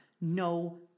no